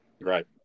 Right